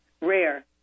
Rare